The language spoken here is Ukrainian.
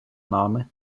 нами